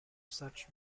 such